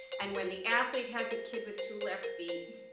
and when the athlete has a kid with two left feet,